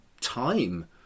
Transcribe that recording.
time